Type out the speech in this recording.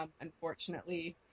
Unfortunately